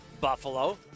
buffalo